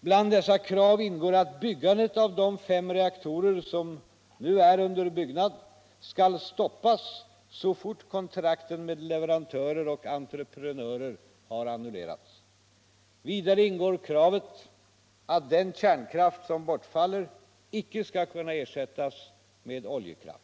Bland dessa krav ingår att byggandet av de fem reaktorer som nu är under byggnad skall stoppas så fort kontrakten med leverantörer och entreprenörer har annullerats. Vidare ingår kravet att den kärnkraft som bortfaller inte skall ersättas med oljekraft.